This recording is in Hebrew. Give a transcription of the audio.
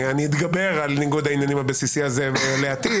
אני אתגבר על ניגוד העניינים הבסיסי הזה לעתיד.